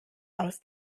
aus